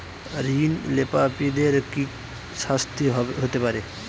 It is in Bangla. ঋণ খেলাপিদের কি শাস্তি হতে পারে?